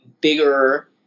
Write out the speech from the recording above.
bigger